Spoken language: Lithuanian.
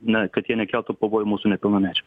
na kad jie nekeltų pavojų mūsų nepilnamečiam